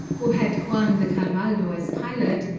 who had juan de carvalho as pilot,